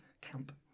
camp